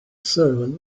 servant